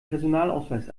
personalausweis